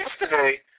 yesterday